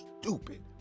stupid